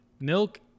Milk